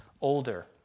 older